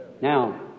Now